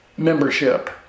membership